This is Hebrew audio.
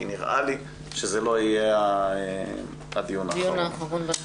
כי נראה לי שזה לא יהיה הדיון האחרון.